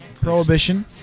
Prohibition